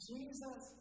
Jesus